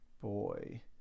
boy